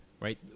right